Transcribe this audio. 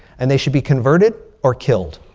and they should be converted or killed.